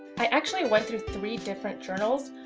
i actually went through three different journals.